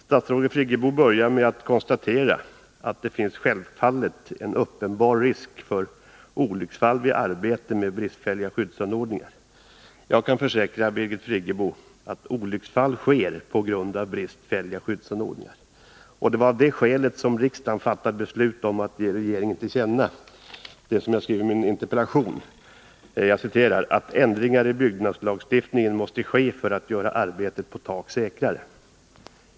Statsrådet Friggebo börjar med att konstatera: ”Det finns självfallet en uppenbar risk för olycksfall vid arbete på tak med bristfälliga skyddsanordningar.” Jag kan försäkra Birgit Friggebo att olycksfall inträffar på grund av bristfälliga skyddsanordningar. Det var av det skälet som riksdagen fattade beslut om att ge regeringen till känna det som jag skrev om i min interpellation, nämligen att ändringar i byggnadslagstiftningen måste vidtas för att göra arbetet på tak säkrare.